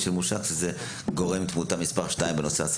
של מושג שזה גורם התמותה השני בנושא של